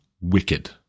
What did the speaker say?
wicked